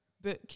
book